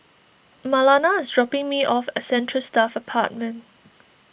Marlana is dropping me off at Central Staff Apartment